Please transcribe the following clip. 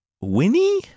Winnie